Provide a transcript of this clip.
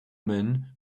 men